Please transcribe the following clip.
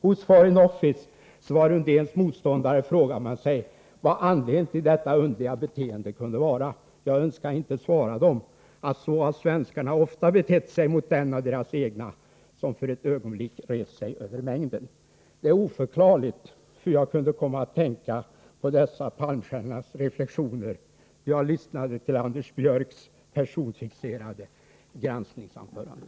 Hos Foreign Office, som var Undéns motståndare, frågade man mig, vad anledningen till detta underliga beteende kunde vara. Jag önskade inte svara dem att så ha svenskarna ofta betett sig mot den av deras egna, som för ett ögonblick rest sig över mängden.” Det är oförklarligt hur jag kunde komma att tänka på dessa Palmstiernas reflexioner när jag lyssnade på Anders Björcks personfixerade granskningsanförande.